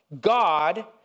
God